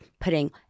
putting